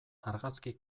argazki